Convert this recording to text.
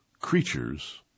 creatures